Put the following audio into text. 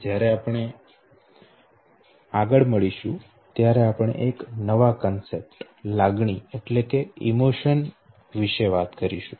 જ્યારે આપણે આગળ મળશું ત્યારે આપણે એક નવા કન્સેપ્ટ લાગણી વિશે વાત કરીશું